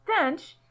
Dench